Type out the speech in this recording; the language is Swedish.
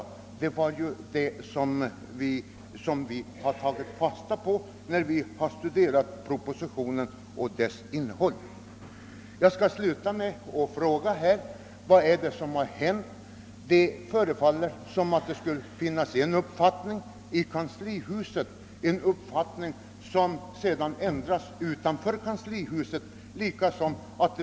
Det var detta som vi tog fasta på vid studiet av propositionen. Jag skall sluta med att fråga vad det är som har hänt. Det förefaller som om det skulle finnas en uppfattning i kanslihuset som sedan ändrats utanför detta.